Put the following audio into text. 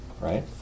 right